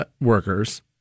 workers